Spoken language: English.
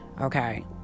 Okay